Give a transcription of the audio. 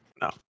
No